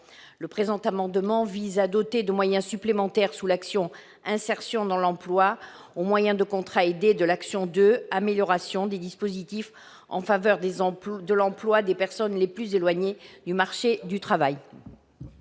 Le présent amendement vise à doter de moyens supplémentaires la sous-action Insertion dans l'emploi au moyen de contrats aidés de l'action n° 02, Amélioration des dispositifs en faveur de l'emploi des personnes les plus éloignées du marché du travail.